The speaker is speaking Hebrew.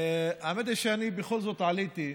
האמת היא שאני בכל זאת עליתי,